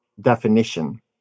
definition